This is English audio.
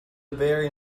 very